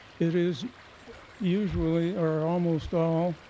it is usually, or almost all,